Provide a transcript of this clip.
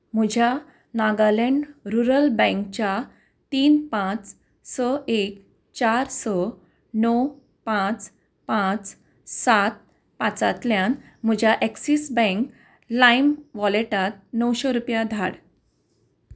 म्हुज्या नागालँड रुरल बँकच्या तीन पांच स एक चार स णव पांच पांच सात पांचांतल्यान म्हज्या एक्सीस बँक लायम वॉलेटांत णवशीं रुपया धाड